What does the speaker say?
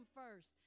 first